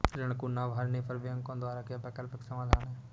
ऋण को ना भरने पर बैंकों द्वारा क्या वैकल्पिक समाधान हैं?